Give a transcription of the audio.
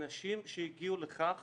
ואלה אנשים שהגיעו לכך